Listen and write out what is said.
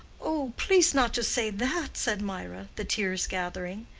oh, please not to say that, said mirah, the tears gathering.